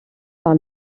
par